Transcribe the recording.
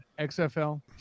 XFL